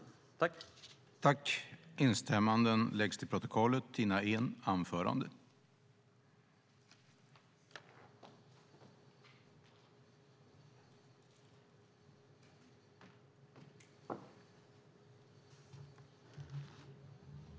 I detta anförande instämde Tina Ehn, Jan Lindholm och Kew Nordqvist .